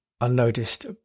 Unnoticed